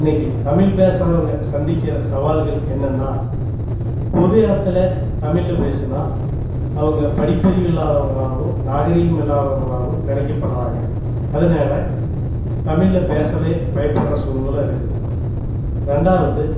இன்னைக்கி தமிழ் பேசுறவங்க சந்திக்கிற சவால்கள் என்னன்னா பொது இடத்துல தமிழில் பேசினா அவங்க படிப்பறிவில்லாதவங்களாகவும் நாகரிகமில்லாதவங்களாகவும் நினைக்கப்பட்றாங்க அதனால தமிழில் பேசவே பயப்படுற சூல்நெலை இருக்குது ரெண்டாவது